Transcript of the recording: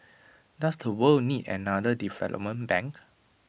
does the world need another development bank